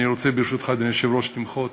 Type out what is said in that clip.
אני רוצה, ברשותך, אדוני היושב-ראש, למחות,